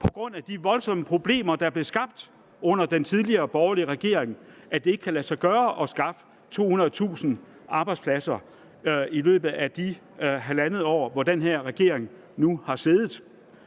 på grund af de voldsomme problemer, der blev skabt under den tidligere borgerlige regering, at det ikke har kunnet lade sig gøre at skaffe 200.000 arbejdspladser i løbet af de halvandet år, den her regering har siddet.